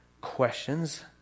questions